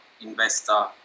investor